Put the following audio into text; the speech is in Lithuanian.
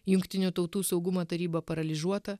jungtinių tautų saugumo taryba paralyžiuota